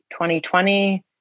2020